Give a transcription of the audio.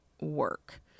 work